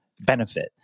benefit